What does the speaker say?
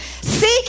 Seek